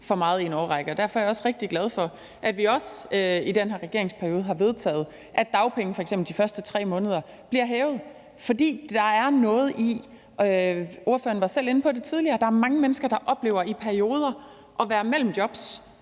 Derfor er jeg også rigtig glad for, at vi også i den her regeringsperiode har vedtaget, at dagpengene f.eks. de første 3 måneder bliver hævet, fordi der er noget i det – ordføreren var selv inde på det tidligere – at der er mange mennesker, der i perioder oplever at være mellem jobs,